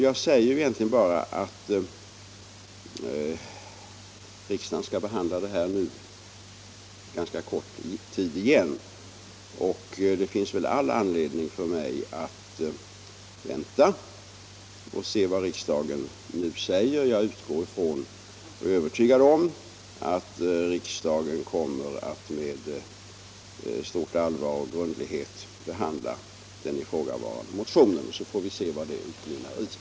Jag säger egentligen bara, herr Sjöholm, att eftersom frågan om en ganska kort tid skall behandlas i riksdagen finns det anledning för mig att vänta och se vad riksdagen den här gången kommer att säga. Jag är övertygad om att riksdagen med stort allvar och stor grundlighet kommer att behandla den ifrågavarande motionen, och så får vi se vad den behandlingen mynnar ut i.